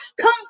Come